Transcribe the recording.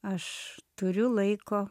aš turiu laiko